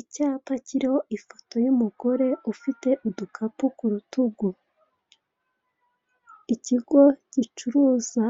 Icyapa kiriho ifoto y'umugore ufite udukapu ku rutugu, ikigo gicuruza